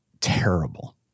terrible